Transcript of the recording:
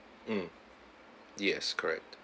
mm yes correct